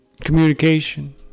Communication